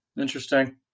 Interesting